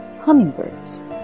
hummingbirds